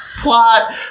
plot